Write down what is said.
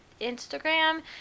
instagram